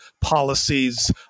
policies